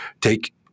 take